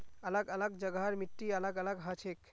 अलग अलग जगहर मिट्टी अलग अलग हछेक